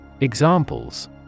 Examples